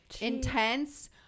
intense